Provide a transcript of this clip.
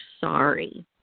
sorry